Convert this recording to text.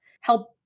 help